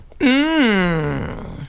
Mmm